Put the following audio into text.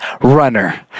runner